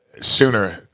sooner